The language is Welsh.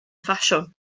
ffasiwn